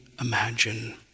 imagine